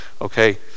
okay